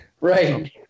right